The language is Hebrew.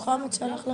החוק הוא שוויוני.